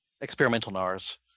Experimental-nars